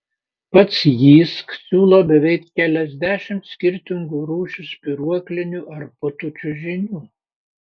pats jysk siūlo beveik keliasdešimt skirtingų rūšių spyruoklinių ar putų čiužinių